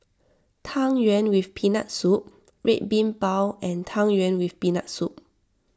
Tang Yuen with Peanut Soup Red Bean Bao and Tang Yuen with Peanut Soup